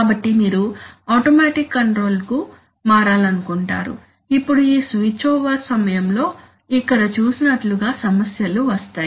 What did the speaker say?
కాబట్టి మీరు ఆటోమేటిక్ కంట్రోల్కు మారాలనుకుంటున్నారు ఇప్పుడు ఈ స్విచ్ ఓవర్ సమయంలో ఇక్కడ చూసినట్లుగా సమస్యలు వస్తాయి